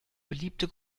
beliebte